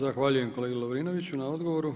Zahvaljujem kolegi Lovrinoviću na odgovoru.